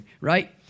right